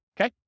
okay